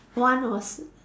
one was